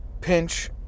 pinch